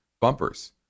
bumpers